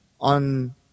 on